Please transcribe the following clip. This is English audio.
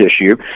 issue